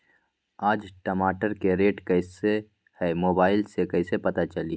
आज टमाटर के रेट कईसे हैं मोबाईल से कईसे पता चली?